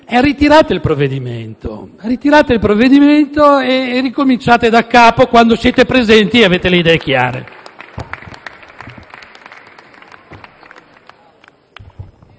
in giro per il mondo, ritirate il provvedimento e ricominciate daccapo, quando sarete presenti e avrete le idee chiare.